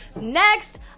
Next